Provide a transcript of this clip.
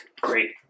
great